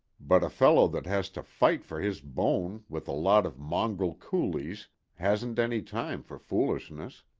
but a fellow that has to fight for his bone with a lot of mongrel coolies hasn't any time for foolishness.